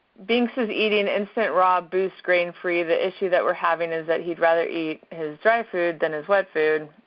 binx is eating instant raw boost grain-free, the issue that we're having is that he'd rather eat his dry food than his wet food.